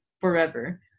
forever